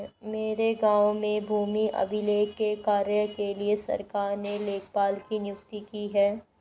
मेरे गांव में भूमि अभिलेख के कार्य के लिए सरकार ने लेखपाल की नियुक्ति की है